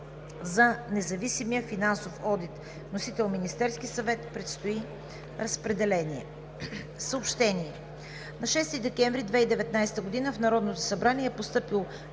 за независимия финансов одит. Вносител – Министерският съвет. Предстои разпределение. Съобщения: На 6 декември 2019 г. в Народното събрание е постъпил